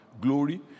glory